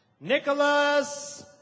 Nicholas